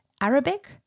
Arabic